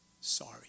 Sorry